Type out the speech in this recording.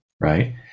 right